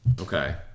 Okay